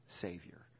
savior